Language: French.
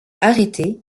arrêté